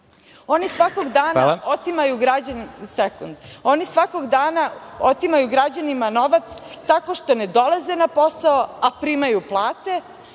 Oni svakog dana otimaju građanima novac tako što ne dolaze na posao, a primaju plate,